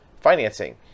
financing